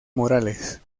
morales